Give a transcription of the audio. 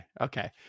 okay